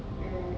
mm